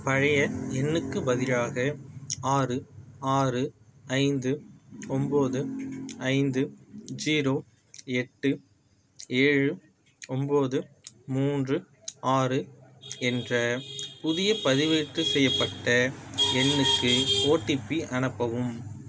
பழைய எண்ணுக்குப் பதிலாக ஆறு ஆறு ஐந்து ஒம்பது ஐந்து ஜீரோ எட்டு ஏழு ஒம்பது மூன்று ஆறு என்ற புதிய பதிவுக்கு செய்யப்பட்ட எண்ணுக்கு ஓடிபி அனுப்பவும்